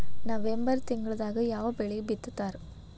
November ತಿಂಗಳದಾಗ ಯಾವ ಬೆಳಿ ಬಿತ್ತತಾರ?